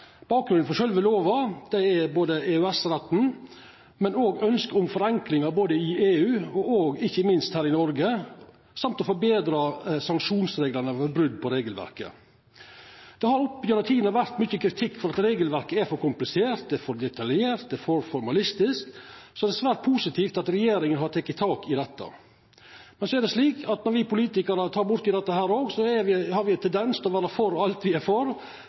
bakgrunnen for sjølve lova er EØS-retten, men òg ønsket om forenklingar både i EU og ikkje minst her i Noreg, i tillegg til å forbetra sanksjonsreglane ved brot på regelverket. Det har opp gjennom tidene vore mykje kritikk for at regelverket er for komplisert, for detaljert, for formalistisk, så det er svært positivt at regjeringa har teke tak i dette. Men så er det slik at når me politikarar tek borti dette, har me ein tendens til å vera for alt me er for,